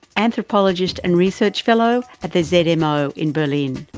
anthropologist and research fellow at the zmo in berlin.